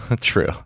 true